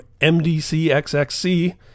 MDCXXC